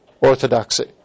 orthodoxy